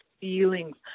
feelings